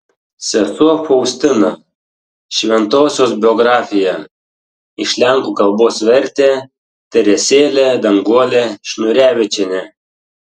sesuo faustina šventosios biografija iš lenkų kalbos vertė teresėlė danguolė šniūrevičienė